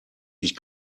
ich